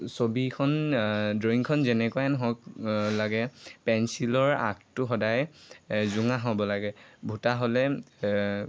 ছবিখন ড্ৰয়িংখন যেনেকুৱাই নহওক লাগে পেঞ্চিলৰ আগটো সদায় জোঙা হ'ব লাগে ভূটা হ'লে